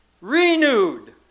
Renewed